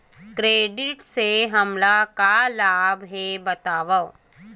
Credit से हमला का लाभ हे बतावव?